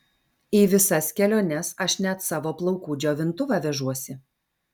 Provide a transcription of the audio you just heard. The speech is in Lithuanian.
į visas keliones aš net savo plaukų džiovintuvą vežuosi